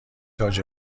تاج